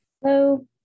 Hello